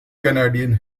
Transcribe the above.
canadian